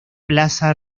plaza